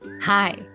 Hi